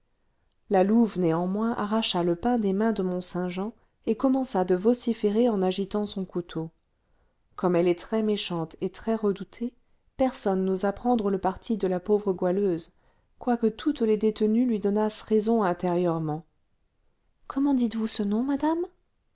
la louve néanmoins arracha le pain des mains de mont-saint-jean et commença de vociférer en agitant son couteau comme elle est très méchante et très redoutée personne n'osa prendre le parti de la pauvre goualeuse quoique toutes les détenues lui donnassent raison intérieurement comment dites-vous ce nom madame